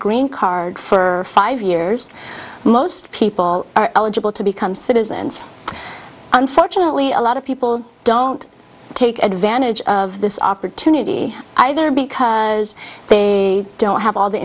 green card for five years most people are eligible to become citizens unfortunately a lot of people don't take advantage of this opportunity either because they don't have all the